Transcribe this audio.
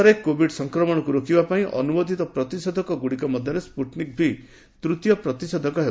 ଦେଶରେ କୋବିଡ୍ ସଂକ୍ରମଣକୁ ରୋକିବା ପାଇଁ ଅନୁମୋଦିତ ପ୍ରତିଷେଧକଗୁଡିକ ମଧ୍ୟରେ ସ୍କୁଟନିକ୍ ଭି ତୃତୀୟ ପ୍ରତିଷେଧକ ହେବ